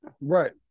right